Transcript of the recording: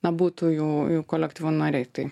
na būtų jų kolektyvo nariai tai